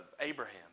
Abraham